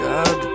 God